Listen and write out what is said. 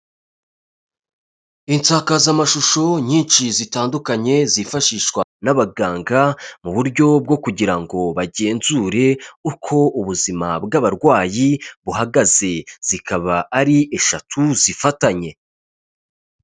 Insakazamashusho nyinshi, zitandukanye, zifashishwa n'abaganga mu buryo bwo kugira ngo bagenzure uko ubuzima bw'abarwayi buhagaze, zikaba ari eshatu zifatanye.